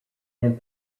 and